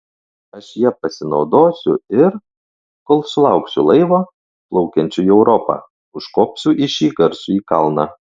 aš ja pasinaudosiu ir kol sulauksiu laivo plaukiančio į europą užkopsiu į šį garsųjį kalną